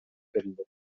берилди